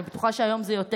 אני בטוחה שהיום זה יותר.